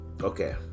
okay